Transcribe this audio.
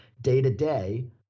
day-to-day